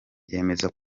yemeza